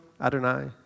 Adonai